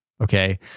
okay